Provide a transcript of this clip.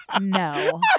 No